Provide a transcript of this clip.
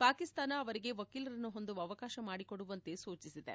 ಪಾಕಿಸ್ತಾನ ಅವರಿಗೆ ವಕೀಲರನ್ನು ಹೊಂದುವ ಅವಕಾಶ ಮಾಡಿಕೊಡುವಂತೆ ಸೂಚಿಸಿದೆ